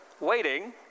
waiting